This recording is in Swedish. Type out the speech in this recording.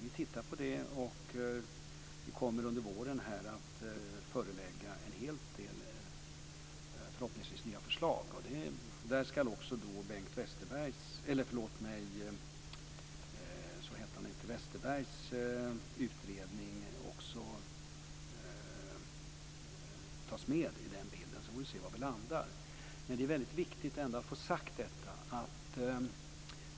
Vi tittar på den, och vi kommer under våren att förelägga en hel del förhoppningsvis nya förslag. I den bilden ska också Ulf Westerbergs utredning tas med, och så får vi se var vi landar. Det är väldigt viktigt att få sagt att